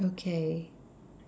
okay